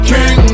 King